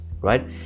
right